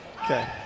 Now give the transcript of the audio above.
Okay